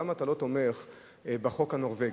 למה אתה לא תומך בחוק הנורבגי,